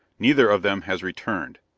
neither of them has returned.